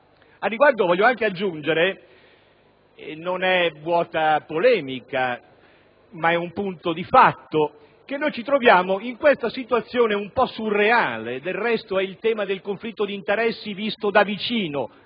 merito, voglio aggiungere - non è vuota polemica, ma è un punto di fatto - che ci troviamo in questa situazione un po' surreale (del resto è il tema del conflitto di interessi visto da vicino),